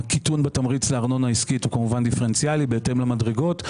הקיטון בתמריץ לארנונה עסקית הוא כמובן דיפרנציאלי בהתאם למדרגות.